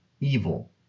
evil